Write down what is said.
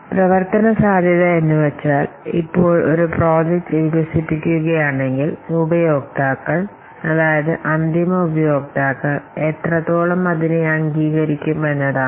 പ്രവർത്തന സാധ്യത എന്നു വെച്ചാൽ ഇപ്പോൾ ഒരു പ്രോജക്ട് വികസിപിക്കുകയാണെങ്കിൽ ഉപയോക്താക്കൾ അതായത് അന്തിമ ഉപയോക്താക്കൾ എത്രത്തോളം അതിനെ അംഗീകരിക്കും എന്നതാണ്